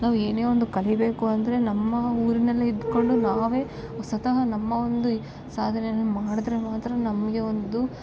ನಾವು ಏನೇ ಒಂದು ಕಲಿಬೇಕು ಅಂದರೆ ನಮ್ಮ ಊರಿನಲ್ಲೇ ಇದ್ಕೊಂಡು ನಾವೇ ಸ್ವತಹ ನಮ್ಮ ಒಂದು ಈ ಸಾಧನೆನ ಮಾಡಿದ್ರೆ ಮಾತ್ರ ನಮಗೆ ಒಂದು